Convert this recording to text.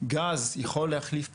גז יכול להחליף פחם,